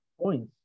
points